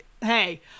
Hey